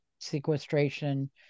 sequestration